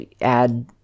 add